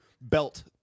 belt